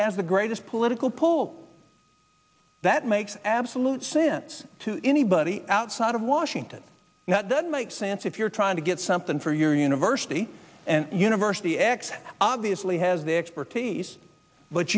has the greatest political pull that makes absolute sense to anybody outside of washington that doesn't make sense if you're trying to get something for your university and university x obviously has the expertise but